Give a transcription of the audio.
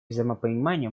взаимопонимание